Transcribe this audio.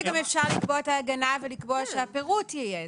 למרות שגם אפשר לקבוע את ההגנה ולקבוע שהפירוט יהיה.